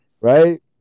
right